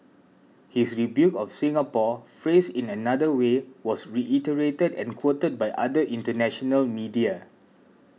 his rebuke of Singapore phrased in another way was reiterated and quoted by other international media